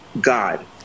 God